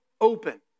open